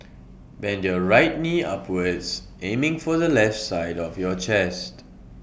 bend your right knee upwards aiming for the left side of your chest